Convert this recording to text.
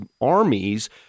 armies